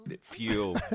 Fuel